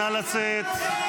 נא לצאת.